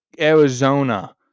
Arizona